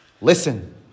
Listen